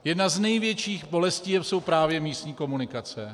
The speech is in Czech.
Jedna z největších bolestí jsou právě místní komunikace.